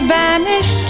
vanish